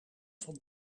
van